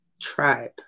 tribe